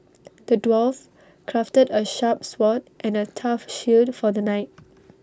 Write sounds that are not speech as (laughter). the dwarf crafted A sharp sword and A (noise) tough shield for the knight (noise)